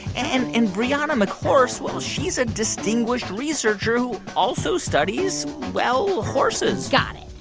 and and brianna mchorse well, she's a distinguished researcher who also studies, well, horses got it.